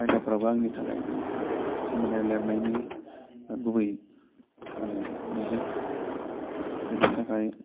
आयदाफोराबो आंनि थाखाय खोब माने लिरनायनि गुबै माने बिजों बेनि थाखाय